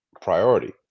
priority